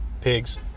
Pigs